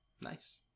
Nice